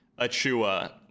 Achua